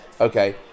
Okay